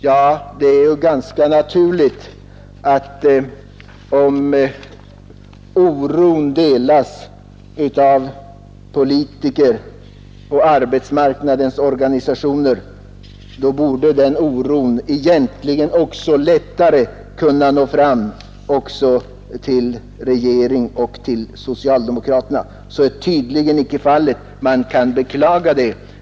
Ja, om oron delas av politiker och arbetsmarknadens organisationer, så borde oron egentligen lättare kunna nå fram också till regeringen och till socialdemokraterna. Så är tydligen inte fallet, och man kan beklaga det.